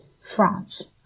France